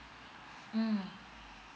mm